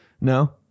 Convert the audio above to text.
No